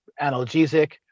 analgesic